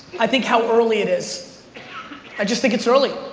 i think how early it is. i just think it's early.